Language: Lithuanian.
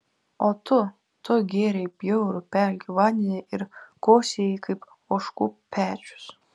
o tu tu gėrei bjaurų pelkių vandenį ir kosėjai kaip ožkų pečius